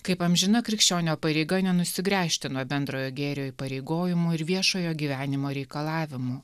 kaip amžina krikščionio pareiga nenusigręžti nuo bendrojo gėrio įpareigojimų ir viešojo gyvenimo reikalavimų